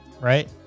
right